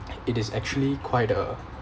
it is actually quite uh